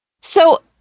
So-